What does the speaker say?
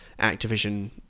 Activision